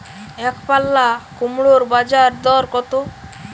একপাল্লা কুমড়োর বাজার দর কত?